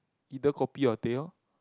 either kopi or teh O